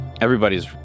Everybody's